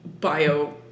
bio